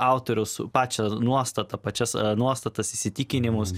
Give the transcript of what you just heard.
autoriaus pačią nuostatą pačias nuostatas įsitikinimus